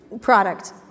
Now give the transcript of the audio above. Product